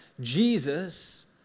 Jesus